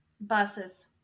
buses